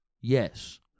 Yes